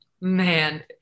Man